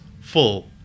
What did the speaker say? full